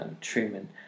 Truman